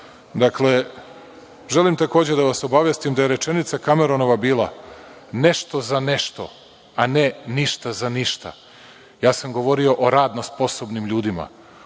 Dakle, želim takođe da vas obavestim da je rečenica Kameronova bila – nešto za nešto, a ne ništa za ništa. Ja sam govorio o radno sposobnim ljudima.